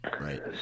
right